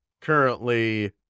currently